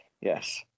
Yes